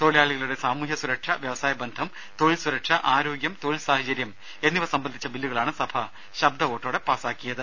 തൊഴിലാളികളുടെ സാമൂഹ്യ സുരക്ഷ വ്യവസായ ബന്ധം തൊഴിൽ സുരക്ഷ ആരോഗ്യം തൊഴിൽ സാഹചര്യം എന്നിവ സംബന്ധിച്ച ബില്ലുകളാണ് സഭ ശബ്ദ വോട്ടോടെ പാസാക്കിയത്